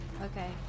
Okay